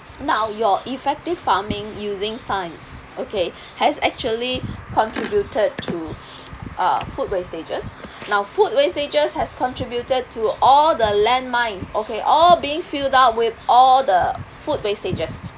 now your effective farming using science okay has actually contributed to uh food wastages now food wastages has contributed to all the land mines okay all being filled out with all the food wastages